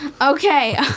Okay